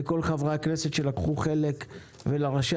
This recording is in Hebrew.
לכל חברי הכנסת שלקחו חלק בדיון ולראשי